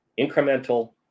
incremental